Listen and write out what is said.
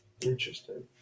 Interesting